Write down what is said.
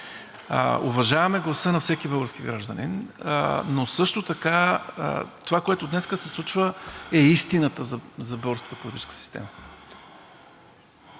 Уважаваме гласа на всеки български гражданин, но също така това, което днес се случва, е истината за българската политическа система.